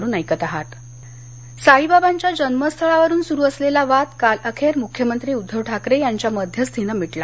साईबाबा साई बाबांच्या जन्मस्थळावरून सुरू असलेला वाद काल अखेर मुख्यमंत्री उद्घव ठाकरे यांच्या मध्यस्थीने मिटला